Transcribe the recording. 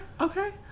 Okay